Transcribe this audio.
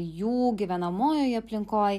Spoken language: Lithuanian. jų gyvenamojoj aplinkoj